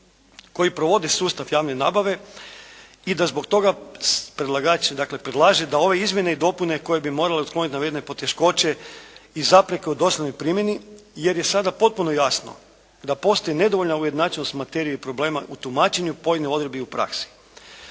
koji provode sustav javne nabave i da zbog toga predlagač dakle predlaže da ove izmjene i dopune koje bi morale otkloniti navedene poteškoće i zapreke u doslovnoj primjeni jer je sada potpuno jasno da postoji nedovoljna ujednačenost materije i problema u tumačenju pojedine odredbe i u praksi.